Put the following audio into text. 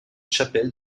chapelle